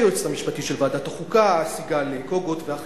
היועצת המשפטית של ועדת החוקה סיגל קוגוט, ואחרים.